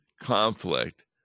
conflict